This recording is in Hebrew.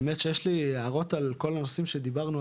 האמת שיש לי הערות על כל הנושאים שדיברנו,